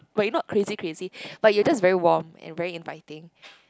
but you not crazy crazy but you just very warm and very inviting